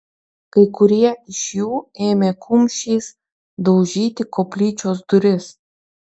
kai kurie iš jų ėmė kumščiais daužyti koplyčios duris